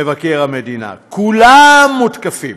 מבקר המדינה, כולם מותקפים,